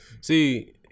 See